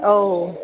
औ